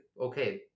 okay